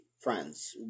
friends